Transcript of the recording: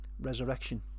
resurrection